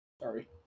Sorry